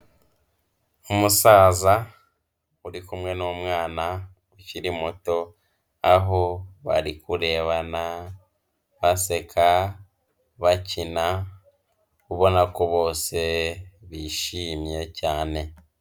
Umusaza, uri kumwe n'umwana ukiri muto, aho bari kurebana, baseka, bakina, ubona ko bose bishimye cyane.